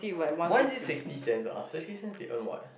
why is it sixty cents sixty cents they earn what